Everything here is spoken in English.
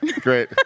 Great